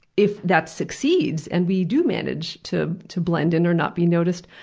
if that succeeds and we do manage to to blend in or not be noticed,